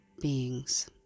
beings